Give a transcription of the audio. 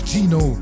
Gino